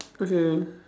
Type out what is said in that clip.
okay